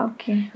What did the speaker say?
Okay